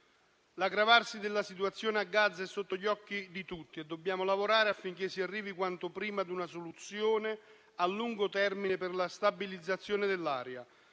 L'aggravarsi della situazione a Gaza è sotto gli occhi di tutti e dobbiamo lavorare affinché si arrivi quanto prima ad una soluzione a lungo termine per la stabilizzazione dell'area,